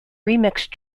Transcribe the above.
remixed